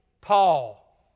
Paul